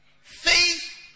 faith